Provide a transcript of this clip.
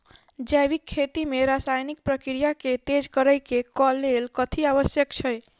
जैविक खेती मे रासायनिक प्रक्रिया केँ तेज करै केँ कऽ लेल कथी आवश्यक छै?